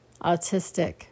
autistic